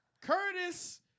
Curtis